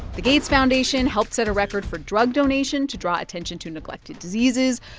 the gates foundation helped set a record for drug donation to draw attention to neglected diseases.